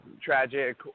tragic